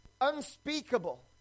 unspeakable